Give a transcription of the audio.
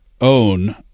own